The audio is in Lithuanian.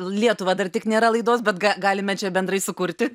lietuva dar tik nėra laidos bet galime čia bendrai sukurti